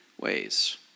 ways